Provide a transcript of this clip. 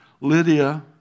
Lydia